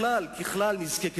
כי בספרייה העירונית באשדוד בודקים